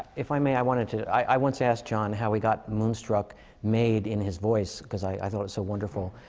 if i may, i wanted to i once asked john how he got moonstruck made in his voice. cuz i i thought it was so wonderful.